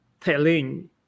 telling